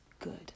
good